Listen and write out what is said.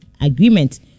agreement